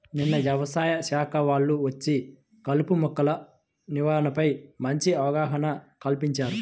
నిన్న యవసాయ శాఖ వాళ్ళు వచ్చి కలుపు మొక్కల నివారణపై మంచి అవగాహన కల్పించారు